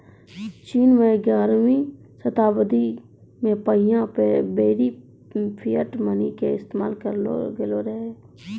चीनो मे ग्यारहवीं शताब्दी मे पहिला बेरी फिएट मनी के इस्तेमाल करलो गेलो रहै